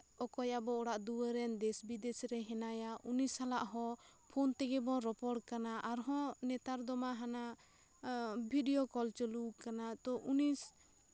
ᱚᱠᱚᱭ ᱟᱵᱚᱱ ᱚᱲᱟᱜ ᱫᱩᱣᱟᱹᱨ ᱨᱮᱱ ᱫᱮᱥ ᱵᱤᱫᱮᱥ ᱨᱮ ᱦᱮᱱᱟᱭᱟ ᱩᱱᱤ ᱥᱟᱞᱟᱜ ᱦᱚᱸ ᱯᱷᱳᱱ ᱛᱮᱜᱮ ᱵᱚᱱ ᱨᱚᱯᱚᱲ ᱠᱟᱱᱟ ᱟᱨᱦᱚᱸ ᱱᱮᱛᱟᱨ ᱫᱚ ᱦᱟᱱᱟ ᱵᱤᱰᱤᱭᱳ ᱠᱚᱞ ᱪᱟᱞᱩᱣ ᱠᱟᱱᱟ ᱛᱚ ᱩᱱᱤ